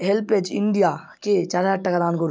HelpAge India কে চার হাজার টাকা দান করুন